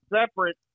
separate